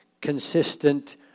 consistent